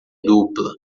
dupla